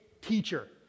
teacher